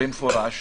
במפורש